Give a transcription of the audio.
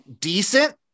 decent